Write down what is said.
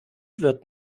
wird